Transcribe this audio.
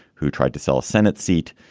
who tried to sell a senate seat,